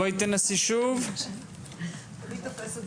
ואולי גם עושים פיקוח יותר